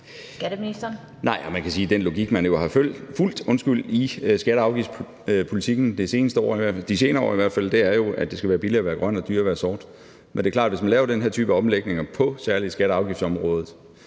(Morten Bødskov): Nej, og man kan sige, at den logik, man jo har fulgt i skatte- og afgiftspolitikken i hvert fald i de senere år, jo er, at det skal være billigere at være grøn og dyrere at være sort. Men det er klart, at hvis man laver den her type omlægninger på særlig skatte- og afgiftsområdet,